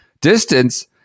distance